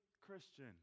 Christian